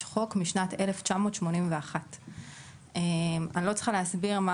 אנחנו מנסים לעשות ככל הניתן גם כדי שהזהות שלו תהיה זהות